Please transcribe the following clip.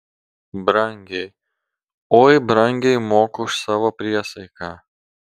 brangiai oi brangiai moku už savo priesaiką